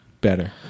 Better